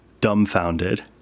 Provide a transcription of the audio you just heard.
dumbfounded